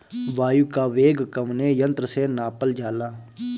वायु क वेग कवने यंत्र से नापल जाला?